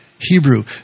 Hebrew